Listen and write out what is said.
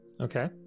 Okay